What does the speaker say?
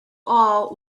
all